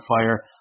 fire